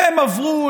והם עברו